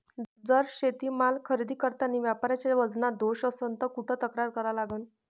जर शेतीमाल खरेदी करतांनी व्यापाऱ्याच्या वजनात दोष असन त कुठ तक्रार करा लागन?